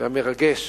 והמרגש